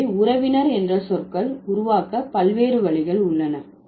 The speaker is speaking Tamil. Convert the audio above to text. எனவே உறவினர் என்ற சொற்கள் உருவாக்க பல்வேறு வழிகள் உள்ளன